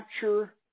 capture